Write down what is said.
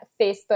Facebook